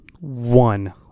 one